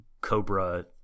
Cobra